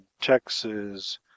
Texas